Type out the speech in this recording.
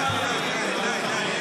די,